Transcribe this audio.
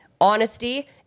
honesty